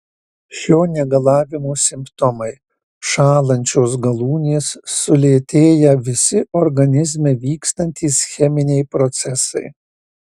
šio negalavimo simptomai šąlančios galūnės sulėtėję visi organizme vykstantys cheminiai procesai